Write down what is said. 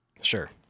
Sure